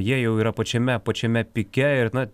jie jau yra pačiame pačiame pike ir na